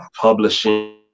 publishing